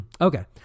okay